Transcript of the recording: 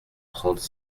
trente